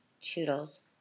toodles